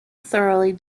thoroughly